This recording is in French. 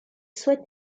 souhaitent